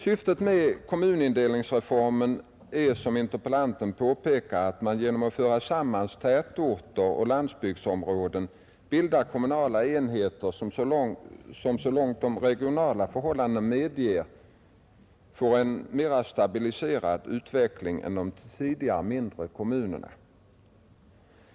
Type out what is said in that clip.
Syftet med kommunindelningsreformen är som interpellanten påpekar att man genom att föra samman tätorter och landsbygdsområden bildar kommunala enheter som så långt de regionala förhållandena medger kan få en mera stabiliserad utveckling än de tidigare mindre kommunerna.